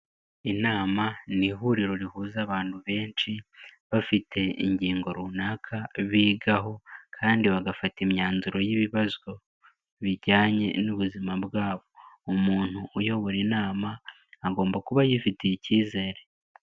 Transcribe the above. Inama ni ihuriro rihuza abantu benshi bafite ingingo runaka bigaho, kandi bagafata imyanzuro y'ibibazo bijyanye n'ubuzima bwabo. Umuntu uyobora inama, agomba kuba yifitiye icyizere.